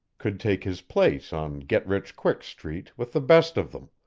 could take his place on get-rich-quick street with the best of them,